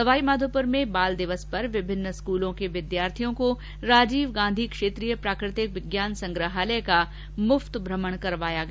सवाईमाधोपुर में बाल दिवस पर विभिन्न स्कूलों के विद्यार्थियों को राजीव गांधी क्षेत्रीय प्राकृतिक विज्ञान संग्रहालय का निःशुल्क भ्रमण करवाया गया